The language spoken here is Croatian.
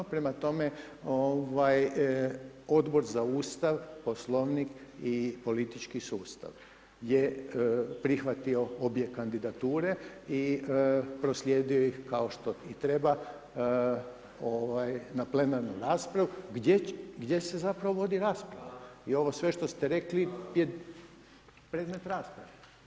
Prema tome, ovaj, Odbor za Ustav, Poslovnik i Politički sustav je prihvatio obje kandidature i proslijedio ih kao što i treba, ovaj, na plenarnu raspravu gdje se zapravo vodi rasprava i ovo sve što ste rekli je predmet rasprave.